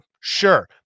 sure